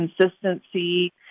consistency